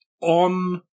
on